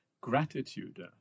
gratitude